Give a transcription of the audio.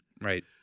right